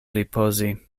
ripozi